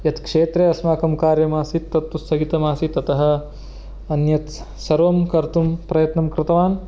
यत् क्षेत्रे अस्माकं कार्यम् आसीत् तत्तु स्थगितमासीत् अतः अन्यत् सर्वं कर्तुं प्रयत्नं कृतवान्